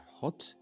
hot